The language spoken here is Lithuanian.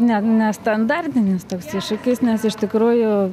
ne nestandartinis toks iššūkis nes iš tikrųjų